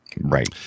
Right